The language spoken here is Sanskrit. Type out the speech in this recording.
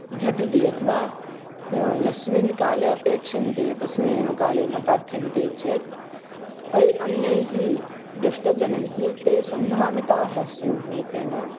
झटिति अथवा यस्मिन् काले अपेक्षन्ते तस्मिनेव काले न पाठ्यन्ते चेत् ऐ अन्यैः दुष्टजनैः ते सम्भ्रामिताः स्युः तेन